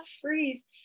freeze